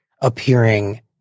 appearing